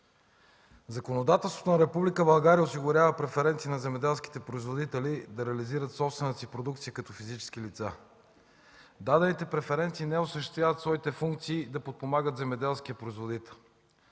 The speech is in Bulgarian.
Законодателството на Република България осигурява преференции на земеделските производители да реализират собствената си продукция като физически лица. Дадените преференции не осъществяват обаче своите функции да подпомагат земеделския производител.